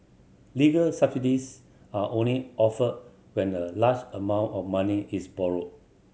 legal subsidies are only offered when a large amount of money is borrowed